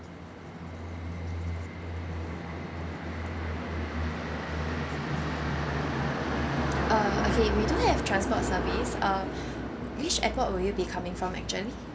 uh okay we do have transport service uh which airport will you be coming from actually